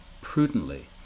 prudently